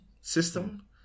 system